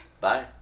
bye